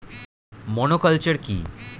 Monoculture কি?